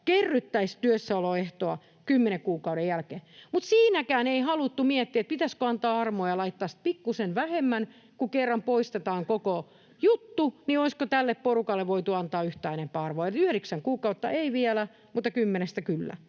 kerryttäisi työssäoloehtoa kymmenen kuukauden jälkeen. Mutta siinäkään ei haluttu miettiä, pitäisikö antaa armoa ja laittaa pikkuisen vähemmän. Kun kerran poistetaan koko juttu, niin olisiko tälle porukalle voitu antaa yhtään enempää arvoa kuin niin, että yhdeksän